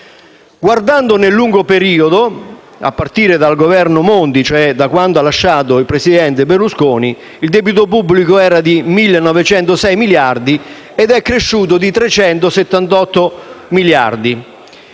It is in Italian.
Guardando nel lungo periodo, a partire dal Governo Monti, da quando cioè ha lasciato il presidente Berlusconi, il debito pubblico era di 1.906 miliardi ed è cresciuto di 378 miliardi.